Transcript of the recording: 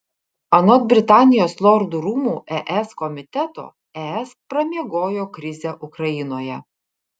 anot britanijos lordų rūmų es komiteto es pramiegojo krizę ukrainoje